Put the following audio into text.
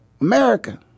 America